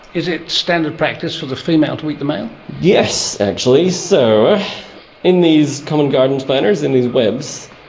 is it standard practice for the female to eat the male? yes actually. so in these common garden spiders, in these webs,